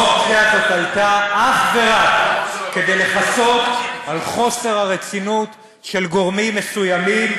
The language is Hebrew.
האופציה הזאת עלתה אך ורק כדי לכסות על חוסר הרצינות של גורמים מסוימים,